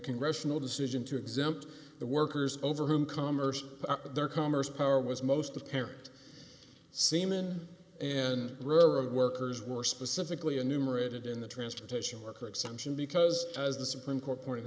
congressional decision to exempt the workers over whom commerce their commerce power was most apparent seaman and ruler of workers were specifically enumerated in the transportation worker exemption because the supreme court pointed